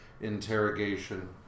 interrogation